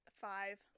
five